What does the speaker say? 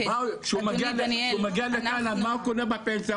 כשהוא מגיע לתאילנד מה הוא קונה עם הפנסיה?